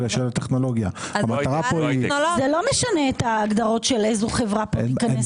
זה לא משנה את ההגדרות של איזו חברה תיכנס להגדרה.